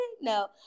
No